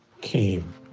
came